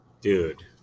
Dude